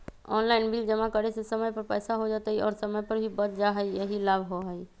Online bill जमा करे से समय पर जमा हो जतई और समय भी बच जाहई यही लाभ होहई?